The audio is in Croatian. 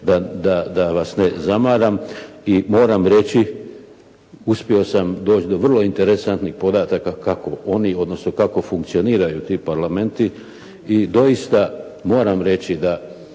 da vas ne zamaram i moram reći, uspio sam doći do vrlo interesantnih podataka kako oni, odnosno kako funkcioniraju ti parlamenti i doista moram reći da